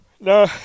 No